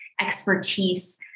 expertise